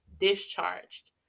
discharged